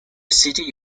city